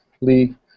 Lee